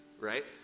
right